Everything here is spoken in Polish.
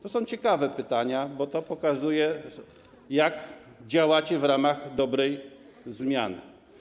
To są ciekawe pytania, bo to pokazuje, jak działacie w ramach dobrej zmiany.